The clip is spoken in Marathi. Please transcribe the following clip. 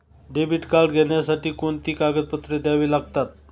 डेबिट कार्ड घेण्यासाठी कोणती कागदपत्रे द्यावी लागतात?